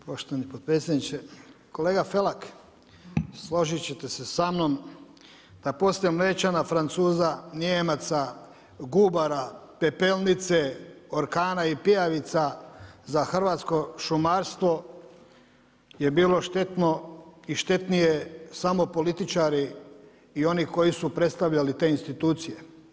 Poštovani potpredsjedniče, kolega Felak složit ćete se sa mnom da poslije Mlečana, Francuza, Nijemaca, gubara, Pepelnice, orkana i pijavica za hrvatsko šumarstvo je bilo štetno i štetnije samo političari i oni koji su predstavljali te institucije.